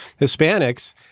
Hispanics